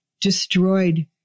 destroyed